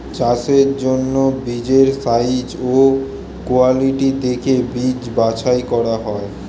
চাষের জন্য বীজের সাইজ ও কোয়ালিটি দেখে বীজ বাছাই করা হয়